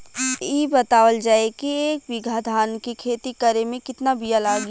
इ बतावल जाए के एक बिघा धान के खेती करेमे कितना बिया लागि?